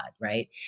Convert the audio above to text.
right